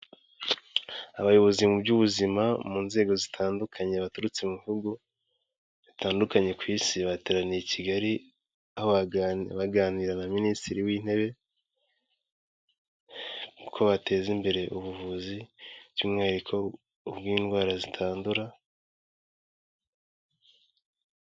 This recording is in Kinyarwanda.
Abayobozi mu by'ubuzima mu nzego zitandukanye baturutse mu bihugu bitandukanye ku isi, bateraniye i Kigali, baganira na minisitiri w'intebe uko bateza imbere ubuvuzi by'umwihariko ubw'indwara zitandura.